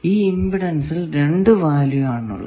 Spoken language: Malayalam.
ഈ ഇമ്പിഡെൻസിൽ രണ്ടു വാല്യൂ ആണുള്ളത്